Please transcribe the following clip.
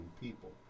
people